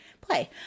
play